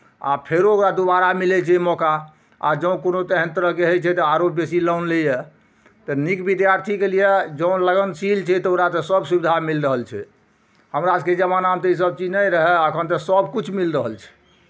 आ फेरो ओकरा दुबारा मिलै छै मौका आ जँ कोनो तेहन तरहके होइ छै तऽ आरो बेसी लोन लैए तऽ नीक विद्यार्थीके लिए जँ लगनशील छै तऽ ओकरा तऽ सभ सुविधा मिल रहल छै हमरा सभके जमानामे तऽ इसभ चीज नहि रहै एखन तऽ सभकिछु मिल रहल छै